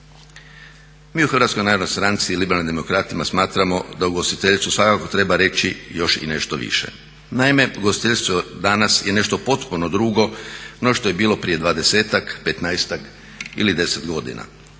Mi u Hrvatskoj narodnoj stranci i Liberalnim demokratima smatramo da o ugostiteljsku svakako treba reći još i nešto više. Naime, ugostiteljstvo danas je nešto potpuno drugo no što je bilo prije 20-ak, 15-ak ili 10 godina.